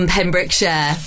Pembrokeshire